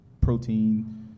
protein